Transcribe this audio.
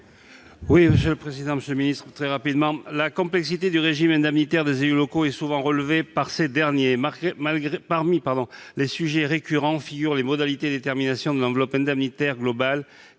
La complexité du régime indemnitaire des élus locaux est souvent relevée par ces derniers. Parmi les sujets récurrents figurent les modalités de détermination de l'enveloppe indemnitaire globale